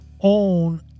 own